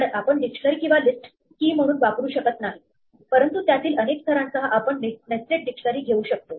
तरआपण डिक्शनरी किंवा list key म्हणून वापरू शकत नाही परंतु त्यातील अनेक स्तरांसह आपण नेस्टेड डिक्शनरी घेऊ शकतो